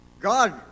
God